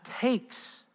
takes